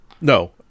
No